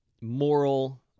moral